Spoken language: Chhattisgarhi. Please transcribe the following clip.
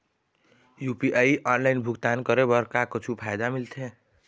यू.पी.आई ऑनलाइन भुगतान करे बर का कुछू फायदा मिलथे?